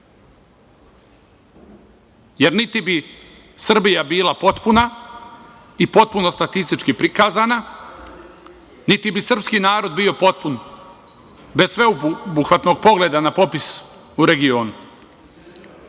jer niti bi Srbija bila potpuna i potpunosti statistički prikazana, niti bi srpski narod bio potpun bez obuhvatnog pogleda na popis u regionu.